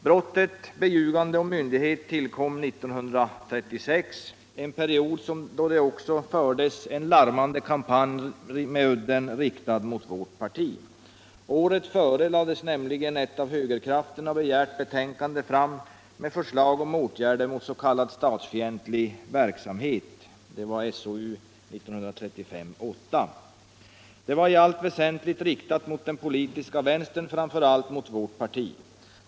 Brottet beljugande av myndighet tillkom 1936, en period då det också fördes en larmande kampanj med udden riktad mot vårt parti. Året före lades nämligen fram ett av högerkrafterna begärt betänkande, SOU 1935:8, med förslag om åtgärder mot s.k. statsfientlig verksamhet. Det var i allt väsentligt riktat mot den politiska vänstern, framför allt mot vårt parti.